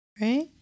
right